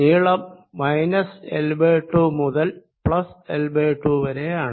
നീളം L 2 മുതൽ L 2 വരെയാണ്